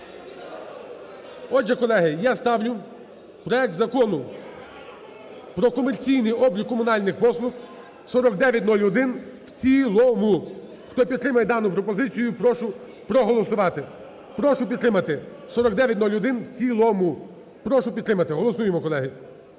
Отже, колеги, я ставлю проект Закону про комерційний облік комунальних послуг (4901) в цілому. Хто підтримує дану пропозицію, прошу проголосувати. Прошу підтримати 4901 в цілому, прошу підтримати. Голосуємо, колеги.